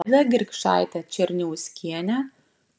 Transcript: vaida grikšaitė česnauskienė